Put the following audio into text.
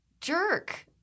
Jerk